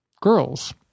girls